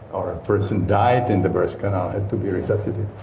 or a person died in the birth canal, had to be resuscitated,